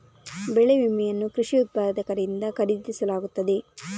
ಬೆಳೆ ವಿಮೆಯನ್ನು ಕೃಷಿ ಉತ್ಪಾದಕರಿಂದ ಖರೀದಿಸಲಾಗುತ್ತದೆ